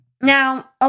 Now